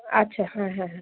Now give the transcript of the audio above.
আচ্ছা হ্যাঁ হ্যাঁ হ্যাঁ